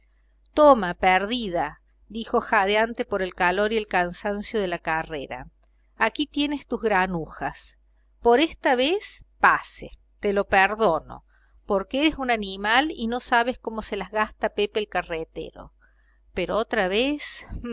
vida toma perdida dijo jadeante por el calor y el cansancio de la carrera aquí tienes tus granujas por esta vez pase te lo perdono porque eres un animal y no sabes cómo las gasta pepe el carretero pero otra vez